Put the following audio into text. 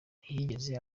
ntiyigeze